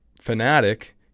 fanatic